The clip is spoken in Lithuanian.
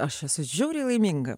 aš esu žiauriai laiminga